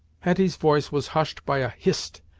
hetty's voice was hushed by a hist!